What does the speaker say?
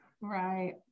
Right